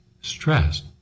Stress